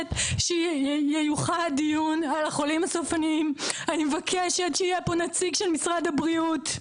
מבקשת שיהיה דיון על החולים הסופניים; שיהיה פה נציג של משרד הבריאות.